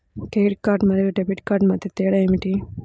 Credit card మరియు debit card మధ్య తేడా ఏమిటి?